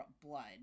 blood